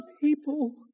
people